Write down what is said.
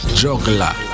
juggler